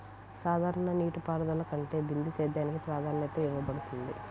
సాధారణ నీటిపారుదల కంటే బిందు సేద్యానికి ప్రాధాన్యత ఇవ్వబడుతుంది